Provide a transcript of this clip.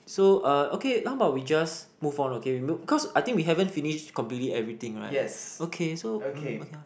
so uh okay how about we just move on okay we cause I think we haven't finished completely everything right okay so um ya